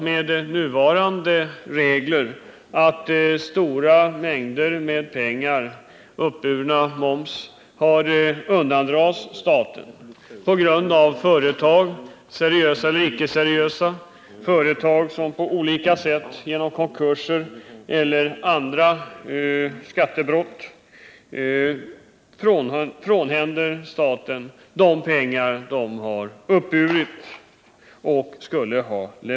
Med nuvarande regler frånhänds staten stora summor i uppburen moms, på grund av att seriösa eller icke-seriösa företag i samband med konkurser eller genom olika skattebrott inte levererar in dessa medel.